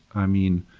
i mean,